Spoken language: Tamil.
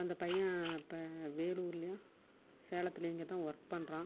அந்தப் பையன் இப்போ வேலூர்லயோ சேலத்தில் எங்கயோதான் ஒர்க் பண்ணுறான்